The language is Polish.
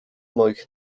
moich